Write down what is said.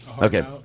Okay